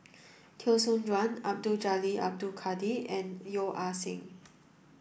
Teo Soon Chuan Abdul Jalil Abdul Kadir and Yeo Ah Seng